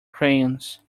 crayons